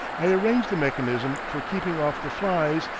i arranged the mechanism for keeping off the flies,